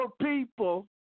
people